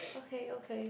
okay okay